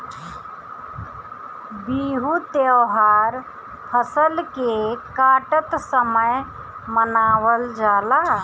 बिहू त्यौहार फसल के काटत समय मनावल जाला